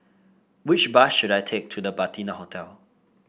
which bus should I take to The Patina Hotel